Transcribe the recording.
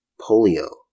polio